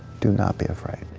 do not be afraid.